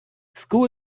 school